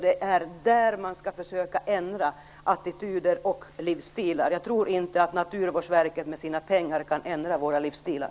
Det är genom det man skall försöka ändra attityder och livsstilar. Jag tror inte att Naturvårdsverket med sina pengar kan ändra våra livsstilar.